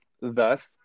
Thus